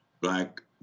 Black